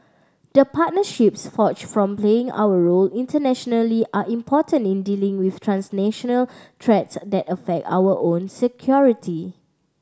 the partnerships forged from playing our role internationally are important in dealing with transnational threats that affect our own security